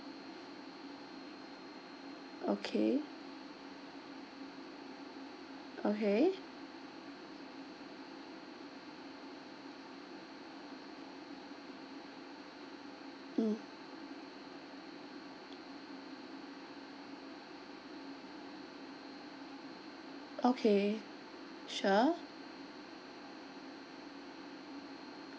okay okay mm okay sure